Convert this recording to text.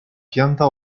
pianta